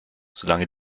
solange